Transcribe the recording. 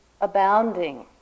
abounding